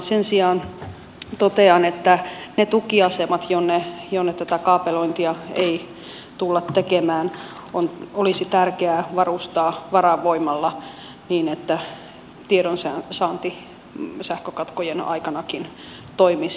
sen sijaan totean että ne tukiasemat jonne tätä kaapelointia ei tulla tekemään olisi tärkeää varustaa varavoimalla niin että tiedonsaanti sähkökatkojen aikanakin toimisi